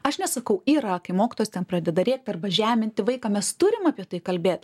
aš nesakau yra kai mokytojas ten pradeda rėkti arba žeminti vaiką mes turim apie tai kalbėti